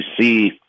see